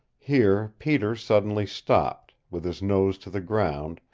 here peter suddenly stopped, with his nose to the ground,